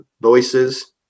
voices